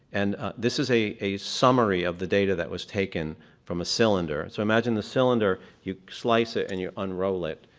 and this is a a summary of the data that was taken from a cylinder. so imagine the cylinder. you slice it and you unroll it.